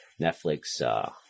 Netflix